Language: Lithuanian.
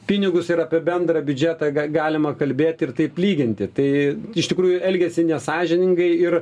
pinigus ir apie bendrą biudžetą ga galima kalbėti ir taip lyginti tai iš tikrųjų elgiasi nesąžiningai ir